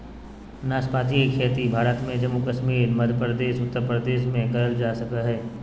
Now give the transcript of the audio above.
नाशपाती के खेती भारत में जम्मू कश्मीर, मध्य प्रदेश, उत्तर प्रदेश में कइल जा सको हइ